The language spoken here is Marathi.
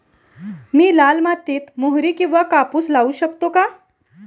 मी लाल मातीत मोहरी किंवा कापूस लावू शकतो का?